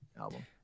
album